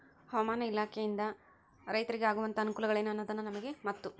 ಹವಾಮಾನ ಇಲಾಖೆಯಿಂದ ರೈತರಿಗೆ ಆಗುವಂತಹ ಅನುಕೂಲಗಳೇನು ಅನ್ನೋದನ್ನ ನಮಗೆ ಮತ್ತು?